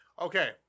Okay